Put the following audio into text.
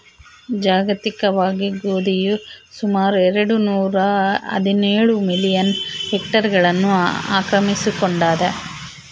ಜಾಗತಿಕವಾಗಿ ಗೋಧಿಯು ಸುಮಾರು ಎರೆಡು ನೂರಾಹದಿನೇಳು ಮಿಲಿಯನ್ ಹೆಕ್ಟೇರ್ಗಳನ್ನು ಆಕ್ರಮಿಸಿಕೊಂಡಾದ